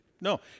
no